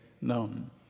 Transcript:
known